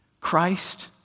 Christ